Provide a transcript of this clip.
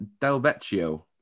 Delvecchio